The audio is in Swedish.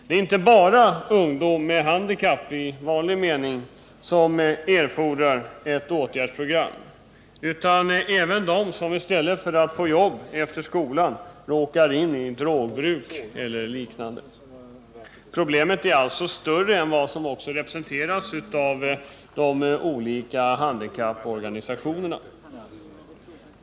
Det är inte bara ungdomar med handikapp —- i vanlig mening - som erfordrar ett åtgärdsprogram utan även de som i stället för att få jobb efter skolan råkar in i drogbruk eller liknande. Problemet är alltså större än vad som representeras genom olika handikapporganisationer.